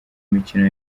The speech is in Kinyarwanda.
imikino